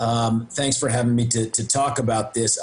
תודה שהזמנתם אותי לדבר על הנושא.